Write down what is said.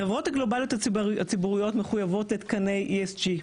החברות הגלובליות הציבוריות מחויבות לתקני ESG,